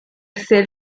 zählt